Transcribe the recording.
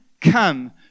come